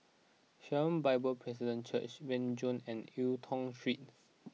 Sharon Bible Presbyterian Church Renjong and Eu Tong Street